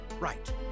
Right